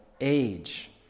age